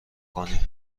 کنی